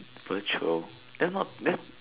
virtual that's not that's